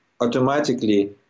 automatically